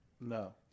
No